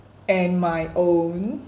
and my own